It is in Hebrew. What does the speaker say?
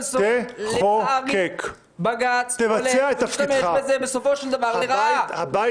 אבל לפעמים בג"ץ משתמש בזה בסופו של דבר לרעה.